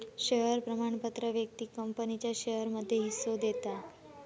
share प्रमाणपत्र व्यक्तिक कंपनीच्या शेयरमध्ये हिस्सो देता